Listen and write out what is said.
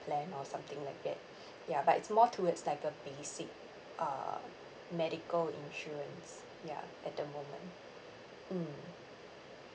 plan or something like that ya but it's more towards like a basic uh medical insurance ya at the moment mm